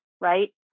right